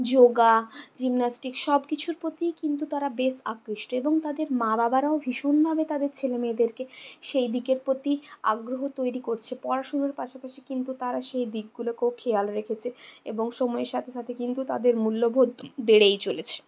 yoga gymnastic সব কিছুর প্রতিই কিন্তু তারা বেশ আকৃষ্ট এবং তাদের মা বাবারাও ভীষণভাবে তাদের ছেলেমেয়েদেরকে সেই দিকের প্রতি আগ্রহ তৈরি করছে পড়াশুনোর পাশাপাশি কিন্তু তারা সে দিকগুলোকেও খেয়াল রেখেছে এবং সময়ের সাথে সাথে কিন্তু তাদের মূল্যবোধ বেড়েই চলেছে